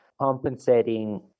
compensating